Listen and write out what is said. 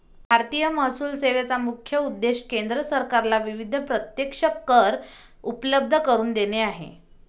भारतीय महसूल सेवेचा मुख्य उद्देश केंद्र सरकारला विविध प्रत्यक्ष कर उपलब्ध करून देणे हा आहे